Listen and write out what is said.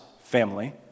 family